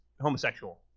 homosexual